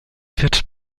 wird